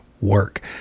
work